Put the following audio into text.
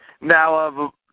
Now